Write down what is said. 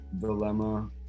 dilemma